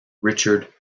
richard